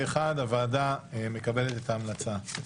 פה אחד הוועדה מקבלת את ההמלצה.